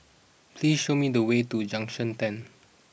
please show me the way to Junction ten